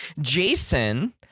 Jason